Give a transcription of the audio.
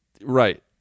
right